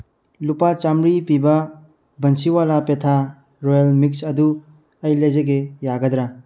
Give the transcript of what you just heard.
ꯂꯨꯄꯥ ꯆꯥꯝꯃꯔꯤ ꯄꯤꯕ ꯕꯟꯁꯤꯋꯥꯂꯥ ꯄꯦꯊꯥ ꯔꯣꯌꯦꯜ ꯃꯤꯛꯁ ꯑꯗꯨ ꯑꯩ ꯂꯩꯖꯒꯦ ꯌꯥꯒꯗ꯭ꯔꯥ